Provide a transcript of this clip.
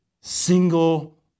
single